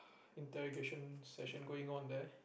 interrogation session going on there